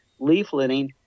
leafleting